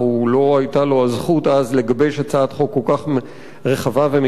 לא היתה לו אז הזכות לגבש הצעת חוק כל כך רחבה ומקיפה,